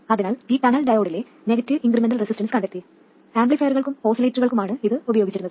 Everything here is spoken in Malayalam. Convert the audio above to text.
അതിനാൽ ഈ ടണൽ ഡയോഡിലെ നെഗറ്റീവ് ഇൻക്രിമെന്റൽ റെസിസ്റ്റൻസ് കണ്ടെത്തി ആംപ്ലിഫയറുകൾക്കും ഓസിലേറ്ററുകൾക്കും ആണ് ഇത് ഉപയോഗിച്ചിരുന്നത്